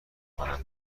کنم